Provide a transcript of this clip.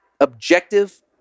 objective